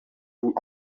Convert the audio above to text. vous